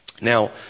Now